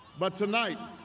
but tonight,